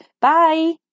bye